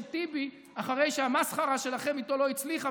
טיבי אחרי שהמסחרה שלכם איתו לא הצליחה,